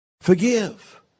forgive